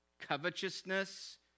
covetousness